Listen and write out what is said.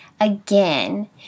again